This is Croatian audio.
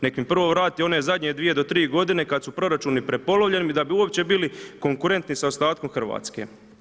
Nek mi prvo vrati one zadnje dvije do tri godine kad su proračuni prepolovljeni da bi uopće bili konkurentni sa ostatkom Hrvatske.